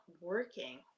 working